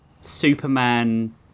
Superman